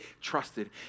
trusted